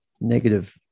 negative